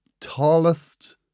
tallest